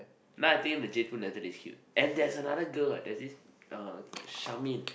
now I think the J two Natalie is cute and there's another girl there's this Charmaine